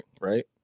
right